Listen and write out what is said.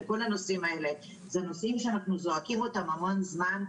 וכל הנושאים האלה הם נושאים שאנחנו זועקים אותם המון זמן,